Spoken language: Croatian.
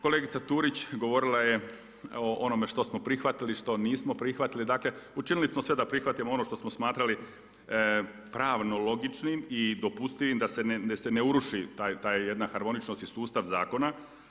Kolegica Turić, govorila je o onome što smo prihvatili, što nismo prihvatili, dakle učinili smo sve da prihvatimo ono što smo smatrali pravno logičkim i dopustivim da se ne uruši ta jedna harmoničnost i sustav zakona.